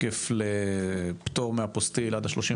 התוקף לפטור מהאפוסטיל עד ה-31